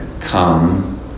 come